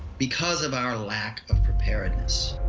because of our lack of preparedness.